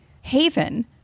haven